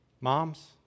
Moms